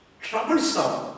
troublesome